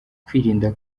kwirinda